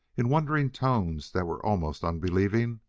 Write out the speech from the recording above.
in wondering tones that were almost unbelieving,